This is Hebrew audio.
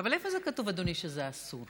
אבל איפה זה כתוב, אדוני, שזה אסור?